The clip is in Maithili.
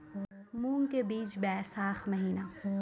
मूंग के बीज बैशाख महीना